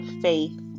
faith